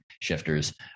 shifters